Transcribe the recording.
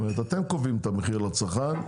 אתם קובעים את המחיר לצרכן.